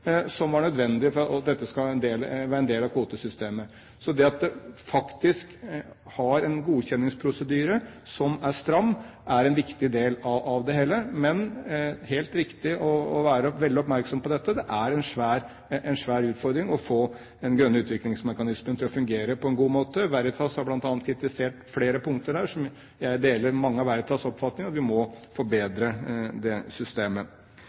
som var nødvendig for at dette skulle være en del av kvotesystemet. Så det at man faktisk har en godkjenningsprosedyre som er stram, er en viktig del av det hele. Det er helt riktig å være veldig oppmerksom på dette. Det er en svær utfordring å få den grønne utviklingsmekanismen til å fungere på en god måte. Veritas har bl.a. kritisert flere punkter her. Jeg deler mange av Veritas' oppfatninger om at vi må forbedre det systemet.